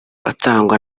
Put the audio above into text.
atangwa